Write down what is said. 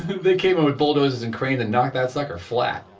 they came in with bulldozers and cranes and knocked that sucker flat!